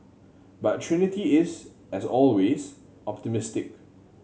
but Trinity is as always optimistic